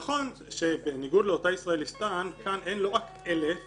נכון שבניגוד לאותה ישראליסטן כאן לא מדובר רק ב-1,000